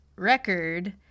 record